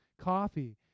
coffee